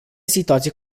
situație